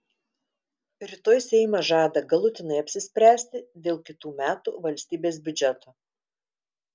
rytoj seimas žada galutinai apsispręsti dėl kitų metų valstybės biudžeto